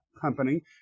company